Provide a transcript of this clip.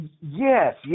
yes